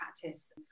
practice